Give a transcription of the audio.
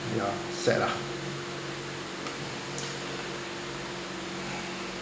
ya sad ah